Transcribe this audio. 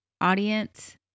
audience